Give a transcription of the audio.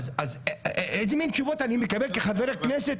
אז איזה מין תשובות אני מקבל כחבר כנסת?